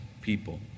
people